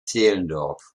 zehlendorf